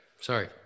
Sorry